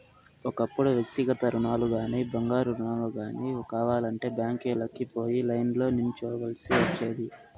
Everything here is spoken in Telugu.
ఒకప్పుడు వ్యక్తిగత రుణాలుగానీ, బంగారు రుణాలు గానీ కావాలంటే బ్యాంకీలకి పోయి లైన్లో నిల్చోవల్సి ఒచ్చేది